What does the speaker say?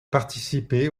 participé